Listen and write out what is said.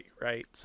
right